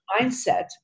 mindset